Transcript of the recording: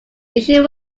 issue